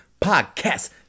podcast